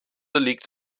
liegt